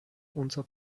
unser